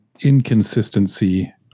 inconsistency